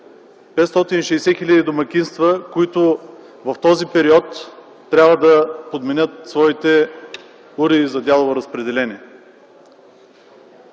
560 хиляди домакинства, които в този период трябва да подменят своите уреди за дялово разпределение.